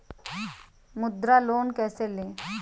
मुद्रा लोन कैसे ले?